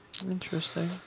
Interesting